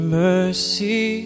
mercy